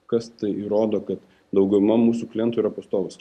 kas tai įrodo kad dauguma mūsų klientų yra pastovūs